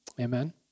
Amen